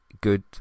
good